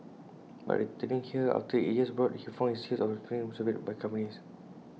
but returning here after eight years abroad he found his years of experience snubbed by companies